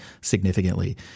significantly